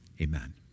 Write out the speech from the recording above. amen